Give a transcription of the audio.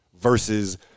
versus